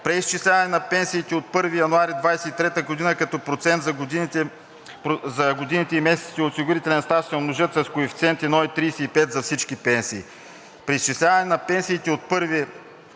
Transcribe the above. преизчисляване на пенсиите от 1 януари 2023 г., като процент за годините и месеците осигурителен стаж се умножат с коефициент 1,35 за всички пенсии;